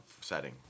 setting